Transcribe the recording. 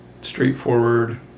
straightforward